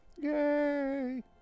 Yay